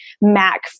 MAC